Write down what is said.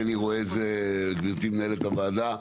גברתי מנהלת הוועדה,